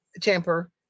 temper